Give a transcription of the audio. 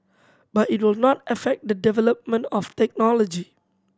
but it will not affect the development of technology